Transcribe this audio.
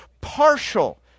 partial